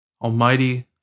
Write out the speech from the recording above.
Almighty